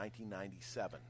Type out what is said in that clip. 1997